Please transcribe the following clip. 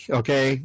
okay